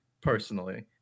personally